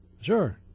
Sure